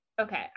Okay